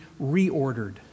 reordered